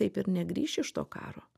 taip ir negrįš iš to karo